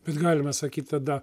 bet galime sakyt tada